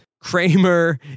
Kramer